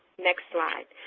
next slide,